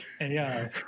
AI